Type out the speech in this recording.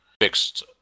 Fixed